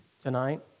tonight